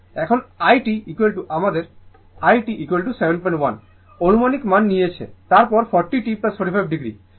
এখন i t r আমাদের i t 71 আনুমানিক মান নিয়েছে তারপর 40 t 45o